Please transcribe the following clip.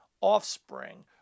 offspring